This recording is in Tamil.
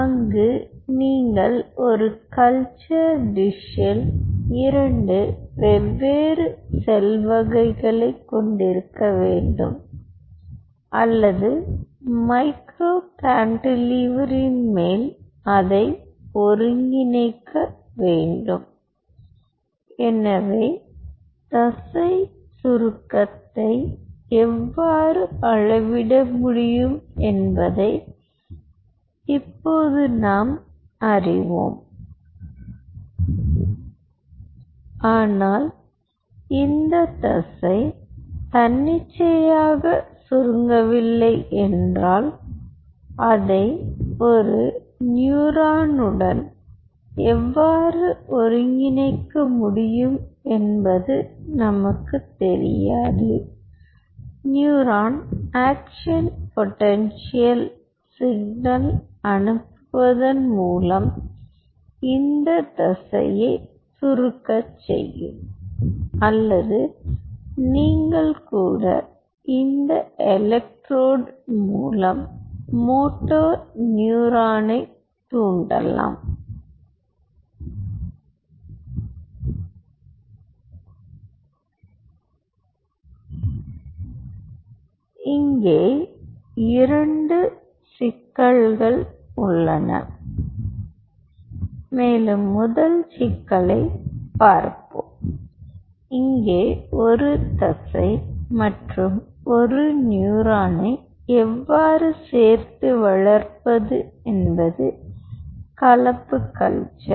அங்கு நீங்கள் ஒரு கல்ச்சர் டிஷில் இரண்டு வெவ்வேறு செல் வகைகளைக் கொண்டிருக்க வேண்டும் அல்லது மைக்ரோ கேன்டிலீவரின் மேல் அதை ஒருங்கிணைக்க வேண்டும் எனவே தசைச் சுருக்கத்தை எவ்வாறு அளவிட முடியும் என்பதை இப்போது நாம் அறிவோம் ஆனால் இந்த தசை தன்னிச்சையாக சுருங்கவில்லை என்றால் அதை ஒரு நியூரானுடன் எவ்வாறு ஒருங்கிணைக்க முடியும் என்பது நமக்குத் தெரியாது நியூரான் ஆக்ஷன் பொடென்ஷியல் சிக்னல் அனுப்புவதன் மூலம் இந்த தசையை சுருக்கச் செய்யும் அல்லது நீங்கள் கூட இந்த எலெக்ட்ரோட் மூலம் மோட்டோ நியூரானைத் தூண்டலாம் எனவே இங்கே இரண்டு சிக்கல்கள் உள்ளன மேலும் முதல் சிக்கலை பார்ப்போம் இங்கே ஒரு தசை மற்றும் ஒரு நியூரானை எவ்வாறு சேர்த்து வளர்ப்பது என்பது கலப்பு கல்ச்சர்